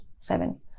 seven